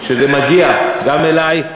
שזה מגיע גם אלי,